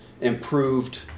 improved